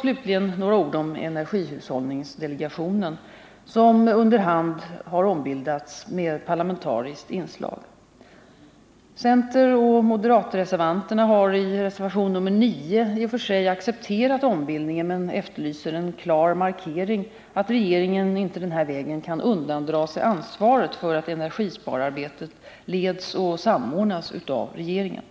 Slutligen några ord om energihushållningsdelegationen, som under hand har ombildats med parlamentariskt inslag. Centeroch moderatreservanterna har i reservationen 9 i och för sig accepterat ombildningen men efterlyser en klar markering att regeringen inte denna väg kan undandra sig ansvaret för att energispararbetet leds och samordnas av regeringen.